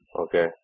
okay